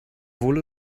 wohl